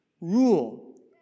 rule